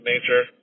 nature